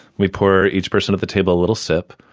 we pour each person at the table a little sip,